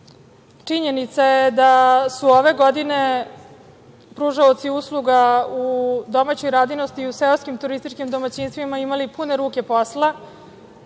Činjenica je da su ove godine pružaoci usluga u domaćoj radinosti i u seoskim turističkim domaćinstvima imali pune ruke posla,